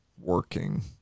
working